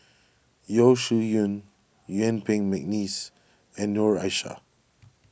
Yeo Shih Yun Yuen Peng McNeice and Noor Aishah